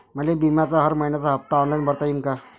मले बिम्याचा हर मइन्याचा हप्ता ऑनलाईन भरता यीन का?